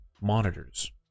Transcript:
monitors